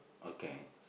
okay